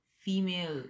female